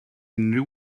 unrhyw